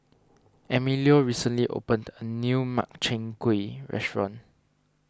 Emilio recently opened a new Makchang Gui Restaurant